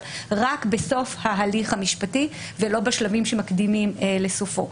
אבל רק בסוף ההליך המשפטי ולא בשלבים שמקדימים לסופו.